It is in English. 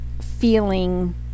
feeling